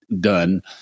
done